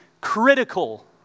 critical